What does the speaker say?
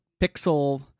pixel